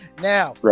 Now